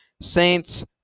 Saints